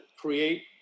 create